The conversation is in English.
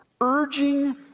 urging